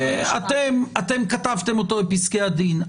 אתם כתבתם אותו בפסקי הדין,